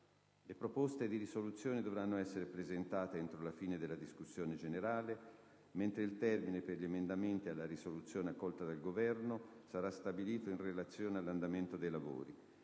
Le proposte di risoluzione dovranno essere presentate entro la fine della discussione generale, mentre il termine per gli emendamenti alla risoluzione accolta dal Governo sarà stabilito in relazione all'andamento dei lavori.